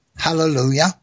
Hallelujah